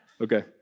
Okay